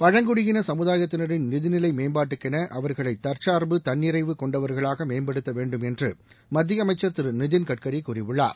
பழங்குடியின சமுதாயத்தினரின் நிதிநிலை மேம்பாட்டுக்கென அவர்களை தற்சார்பு தன்நிறைவு கொண்டவர்களாக மேம்படுத்த வேண்டும் என்று மத்திய அமைச்சர் திரு நிதின்கட்கரி கூறியுள்ளார்